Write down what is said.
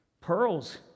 Pearls